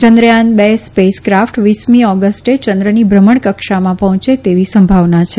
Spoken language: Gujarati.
ચંદ્રયાન બે સ્પેસ કાફટ વીસમી ઓગષ્ટે ચંદ્રની ભ્રમણ કક્ષામાં પહોંચે તેવી સંભાવના છે